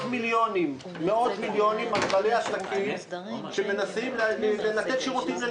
מיליוני שקלים על בעלי עסקים שמנסים לתת שירותים,